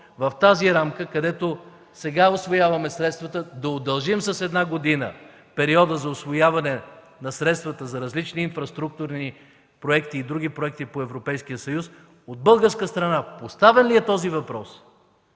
в тази рамка, където сега усвояваме средствата, да удължим с една година периода за усвояване на средствата за различни инфраструктурни проекти и други проекти по Европейския съюз”, от българска страна поставян ли е този въпрос?